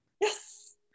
yes